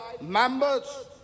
members